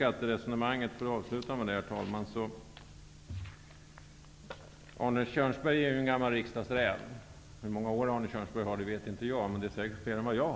Arne Kjörnsberg är ju en gammal riksdagsräv -- hur många år Arne Kjörnsberg suttit i riksdagen vet inte jag, men det är säkerligen flera än jag.